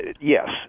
Yes